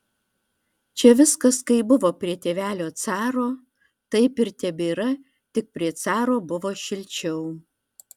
čia viskas kaip buvo prie tėvelio caro taip ir tebėra tik prie caro buvo šilčiau